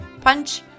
Punch